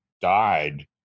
died